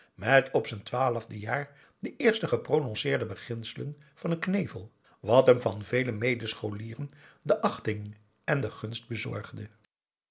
met op z'n twaalfde jaar de eerste geprononceerde beginselen van een knevel wat hem van vele medescholieren de achting en de gunst bezorgde